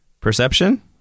Perception